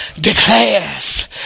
declares